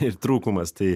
ir trūkumas tai